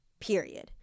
period